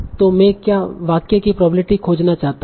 तों मैं वाक्य की प्रोबेबिलिटी खोजना चाहता हूं